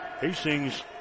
Hastings